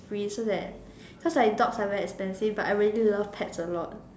free so that cos like dogs are very expensive but I really love pets a lot